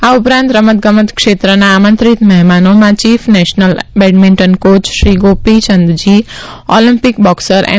આ ઉપરાંત રમતગમત ક્ષેત્રના આમંત્રિત મહેમાનોમાં chief national badminton coach Shri ગોપીચંદજી ઓલિમ્પિ બોક્સર એમ